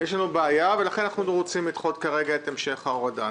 יש לנו בעיה ולכן אנחנו רוצים לדחות כרגע את המשך ההורדה.